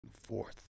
fourth